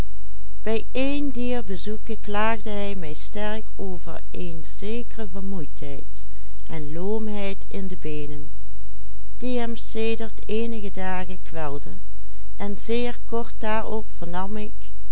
zekere vermoeidheid en loomheid in de beenen die hem sedert eenige dagen kwelde en zeer kort daarop vernam ik